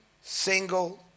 single